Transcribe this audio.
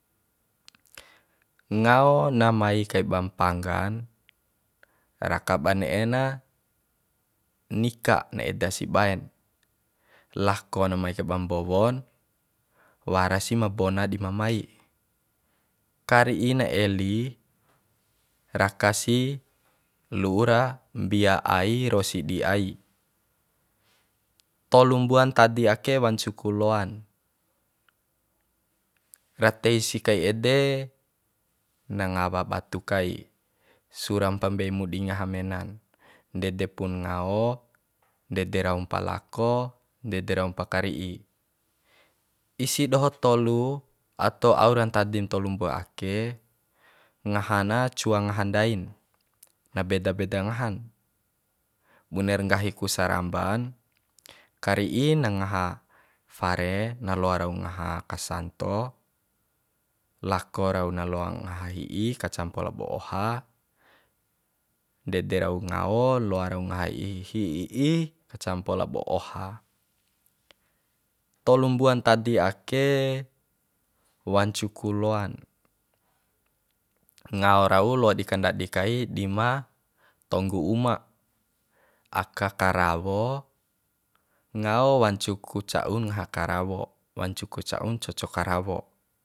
Ngao na mai kai ba mpanggan raka ba ne'e na nika na eda si baen lako na mai kaiba mbowon wara si ma bona di ma mai kari'i na eli raka si lu'u ra mbia ai ro sidi ai tolu mbuan ntadi ake wancu ku loan ra tei si kai ede na ngawa batu kai suram pam mbei mu di ngaha mena ndede pun ngao ndede raum pa lako ndede raum pa kari'i isi doho tolu ato aura ntadin tolu mbua ake ngaha na cua ngaha ndain na beda beda ngahan bune ra nggahi ku saramban kari'i na ngaha fare na loa rau ngaha kasanto lako rau na loa ngaha hi'i kacampo labo oha ndede rau ngao loa rau ngaha hi'i campo labo oha tolu mbua ntadi ake wancu ku loa na ngao rau loa di kandadi kai dima tonggu uma aka karawo ngao wancu ku ca'u ngaha karawo wancuku ca'un coco karawo